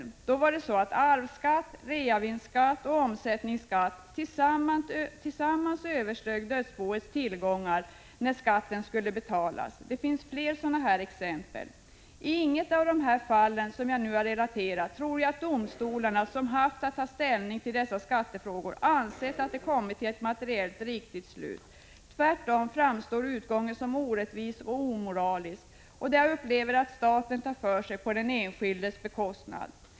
I det fallet var det så att arvsskatt, reavinstsskatt och omsättningsskatt tillsammans översteg dödsboets tillgångar när skatterna skulle betalas. Det finns fler liknande exempel. Jag tror inte de domstolar som haft att ta ställning till skattefrågorna i de nu relaterade fallen ansett att de kommit till ett materiellt riktigt domslut. Tvärtom framstår utgången som orättvis och omoralisk. Man upplever att staten tar för sig på den enskildes bekostnad.